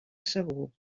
segur